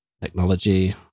technology